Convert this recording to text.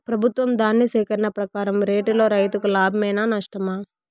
ప్రభుత్వం ధాన్య సేకరణ ప్రకారం రేటులో రైతుకు లాభమేనా నష్టమా?